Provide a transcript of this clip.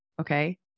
Okay